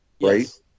right